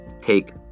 take